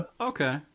Okay